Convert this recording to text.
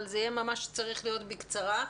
אבל ממש בקצרה.